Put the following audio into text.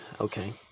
okay